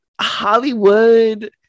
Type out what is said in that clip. Hollywood